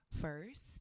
first